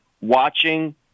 watching